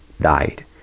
died